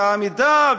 המדע,